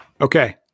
Okay